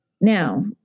Now